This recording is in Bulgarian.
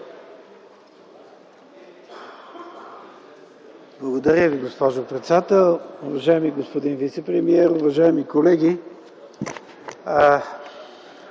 Благодаря Ви, госпожо председател. Уважаеми господин вицепремиер, уважаеми колеги!